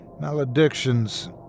maledictions